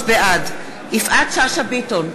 בעד יפעת שאשא ביטון,